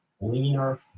Leaner